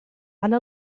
على